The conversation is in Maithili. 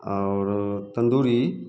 आओर तन्दूरी